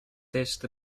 test